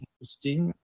interesting